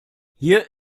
hier